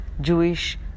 Jewish